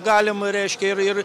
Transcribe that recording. galim reiškia ir ir